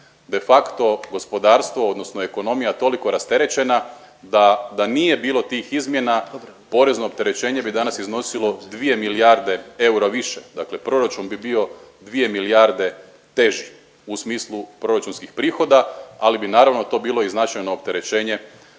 de facto gospodarstvo odnosno ekonomija toliko rasterećenja da da nije bilo tih izmjena porezno opterećenje bi danas iznosilo 2 milijarde eura više. Dakle, proračun bi bio 2 milijarde teži u smislu proračunskih prihoda, ali bi naravno to bilo i značajno opterećenje